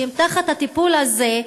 שהם בטיפול הזה,